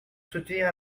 soutenir